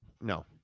no